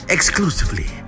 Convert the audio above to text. Exclusively